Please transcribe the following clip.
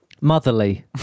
Motherly